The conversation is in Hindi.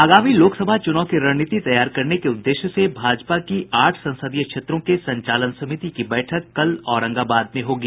आगामी लोकसभा चुनाव की रणनीति तैयार करने के उददेश्य से भाजपा की आठ संसदीय क्षेत्रों के संचालन समिति की बैठक कल औरंगाबाद में होगी